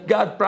God